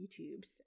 YouTubes